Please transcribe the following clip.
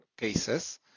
cases